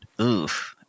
oof